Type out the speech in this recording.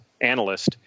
analyst